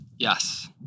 Yes